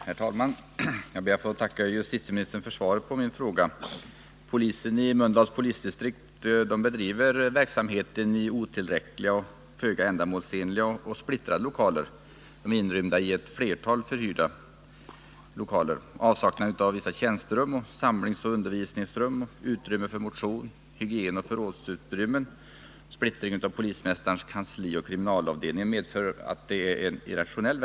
Herr talman! Jag ber att få tacka justitieministern för svaret på min fråga. Polisen i Mölndals polisdistrikt bedriver verksamheten i ett flertal förhyrda lokaler som är otillräckliga, föga ändamålsenliga och splittrade. Avsaknaden av vissa tjänsterum, samlingsoch undervisningsrum, utrymmen för motion samt hygienoch förrådsutrymmen, liksom splittringen av polismästarens kansli och kriminalavdelningen, medför att verksamheten blir irrationell.